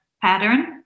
pattern